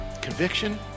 Conviction